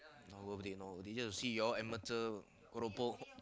not worth it not worth it it's just to see you all ametuer keropok